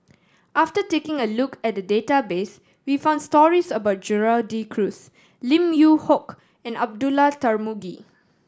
after taking a look at the database we found stories about Gerald De Cruz Lim Yew Hock and Abdullah Tarmugi